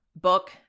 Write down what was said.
book